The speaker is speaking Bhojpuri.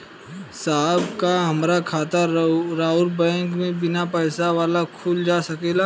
साहब का हमार खाता राऊर बैंक में बीना पैसा वाला खुल जा सकेला?